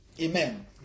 Amen